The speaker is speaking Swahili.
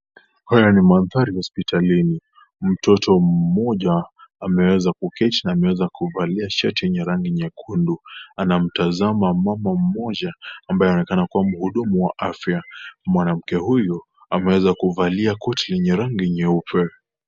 Haya ni manthari ya hospitalini. Mtoto mmoja, ameweza kukesha, ameweza kuvalia shati yenye rangi nyekundu. Anamtazama mama mmoja, ambaye anaonekana kuwa mhudumu wa afya. Mwanamke huyu, ameweza kuvalia koti yenye rangi nyeupe.